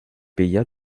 paya